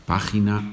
Página